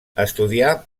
estudià